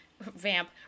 vamp